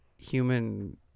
human